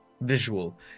visual